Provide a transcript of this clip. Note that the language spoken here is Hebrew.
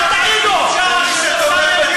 ואל תגידו שהוא מוסרי.